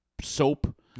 soap